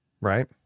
right